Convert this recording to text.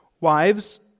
Wives